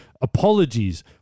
apologies